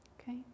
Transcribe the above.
okay